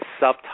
subtype